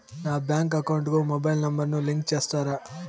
నా bank account కు mobile number ను లింకు చేస్తారా?